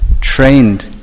trained